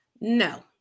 No